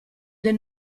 dei